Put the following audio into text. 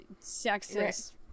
sexist